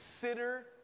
consider